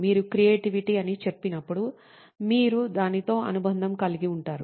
మీరు క్రియేటివిటీ అని చెప్పినప్పుడు మీరు దానితో అనుబంధం కలిగి ఉంటారు